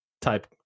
type